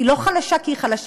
היא לא חלשה כי היא חלשה,.